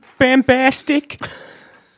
Bambastic